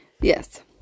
yes